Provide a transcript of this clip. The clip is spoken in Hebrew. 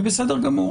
בסדר גמור,